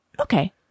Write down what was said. okay